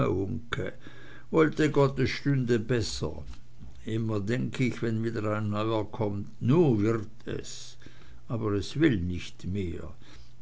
wollte gott es stünde besser immer denk ich wenn wieder ein neuer kommt nu wird es aber es will nicht mehr